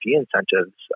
incentives